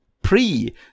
pre